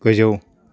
गोजौ